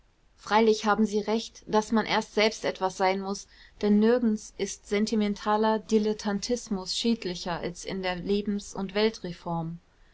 freilich haben sie recht daß man erst selbst etwas sein muß denn nirgends ist sentimentaler dilettantismus schädlicher als in der lebens